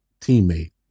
teammate